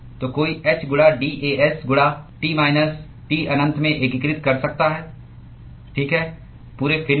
तो कोई h गुणा d A s गुणा T माइनस T अनंत में एकीकृत कर सकता है ठीक है पूरे फिन में